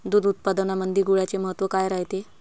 दूध उत्पादनामंदी गुळाचे महत्व काय रायते?